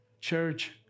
Church